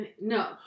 No